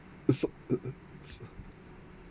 so uh uh s~